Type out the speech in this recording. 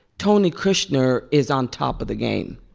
tony kushner is on top of the game.